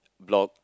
block